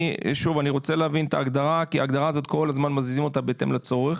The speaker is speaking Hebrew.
אני רוצה להבין את ההגדרה כי כל הזמן מזיזים אותה בהתאם לצורך